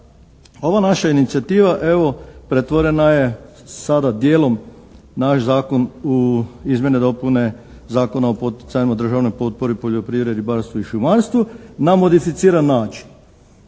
ova naša inicijativa evo pretvorena je sada dijelom naš zakon u izmjene i dopune Zakona o poticajima državnoj potpori poljoprivredi, ribarstvu i šumarstvu na modificiran način.